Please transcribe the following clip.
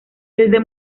desde